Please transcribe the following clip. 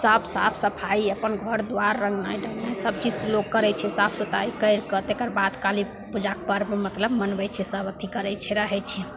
साफ साफ सफाइ अपन घर दुआर रङ्गनाइ ढङ्गनाइ सबचीजसे लोक करै छै साफ सफाइ करिके तकर बाद काली पूजाके पर्व मतलब मनबै छै सब अथी करै छै रहै छै